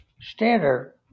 standard